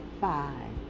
five